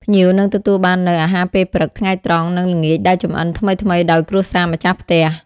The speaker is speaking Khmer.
ភ្ញៀវនឹងទទួលបាននូវអាហារពេលព្រឹក ថ្ងៃត្រង់ និងល្ងាចដែលចម្អិនថ្មីៗដោយគ្រួសារម្ចាស់ផ្ទះ។